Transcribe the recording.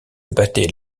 battait